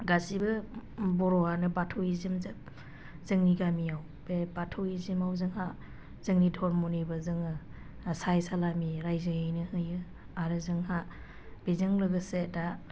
गासैबो बर'आनो बाथौइजम जोंनि गामियाव बे बाथौइजमाव जोंहा जोंनि धर्मनिबो जोङो साइ सालामि जोङो रायजोयैनो होयो आरो जोंहा बेजों लोगोसे दा